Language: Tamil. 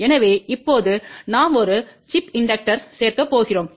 எனவே இப்போது நாம் ஒரு சிப் இண்டக்டர்ச் சேர்க்கப் போகிறோம்